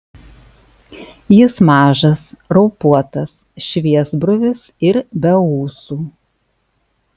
jis mažas raupuotas šviesbruvis ir be ūsų